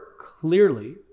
clearly